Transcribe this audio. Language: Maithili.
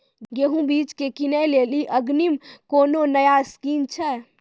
गेहूँ बीज की किनैली अग्रिम कोनो नया स्कीम छ?